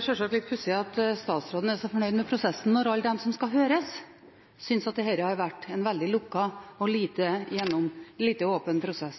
sjølsagt litt pussig at statsråden er så fornøyd med prosessen når alle de som skal høres, syns at dette har vært en veldig lukket og lite åpen prosess.